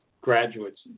graduates